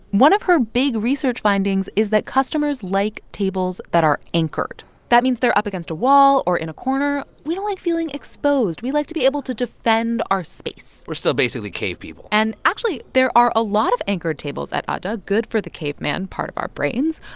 one of her big research findings is that customers like tables that are anchored that means they're up against a wall or in a corner. we don't like feeling exposed. we like to be able to defend our space we're still basically cave people and actually, there are a lot of anchored tables at adda good for the cave man part of our brains.